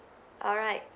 alright